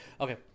Okay